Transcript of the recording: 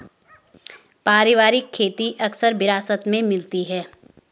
पारिवारिक खेती अक्सर विरासत में मिलती है